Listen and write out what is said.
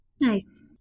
Nice